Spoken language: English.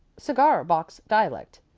cigar-box dialect.